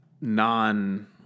non